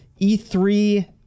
E3